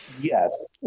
Yes